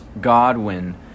Godwin